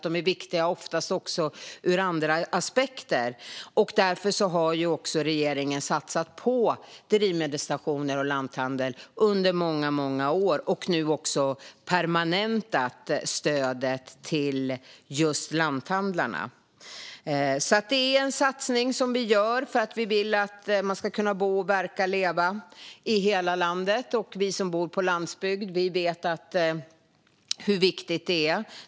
De är ofta viktiga också ur andra aspekter, och därför har regeringen satsat på drivmedelsstationer och lanthandlar under många år och har nu också permanentat stödet till lanthandlarna. Vi gör denna satsning därför att vi vill att man ska kunna bo, verka och leva i hela landet. Vi som bor på landsbygden vet hur viktigt detta är.